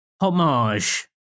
homage